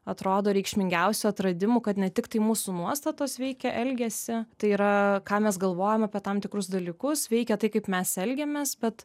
atrodo reikšmingiausių atradimų kad ne tik tai mūsų nuostatos veikia elgesį tai yra ką mes galvojam apie tam tikrus dalykus veikia tai kaip mes elgiamės bet